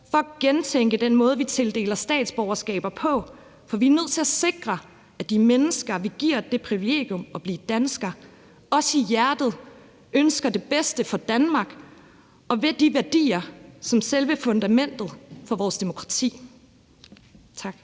for at gentænke den måde, vi tildeler statsborgerskab på, for vi er nødt til at sikre, at de mennesker, vi giver det privilegium at blive dansker, også i hjertet ønsker det bedste for Danmark og vil de værdier, som er selve fundamentet for vores demokrati. Tak.